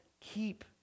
keep